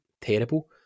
terrible